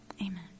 Amen